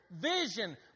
vision